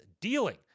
dealing